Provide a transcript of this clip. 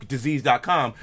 disease.com